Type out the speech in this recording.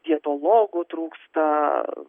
dietologų trūksta